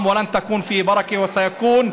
לא תהיה ברכה ברווח זה והוא יביא להפסד,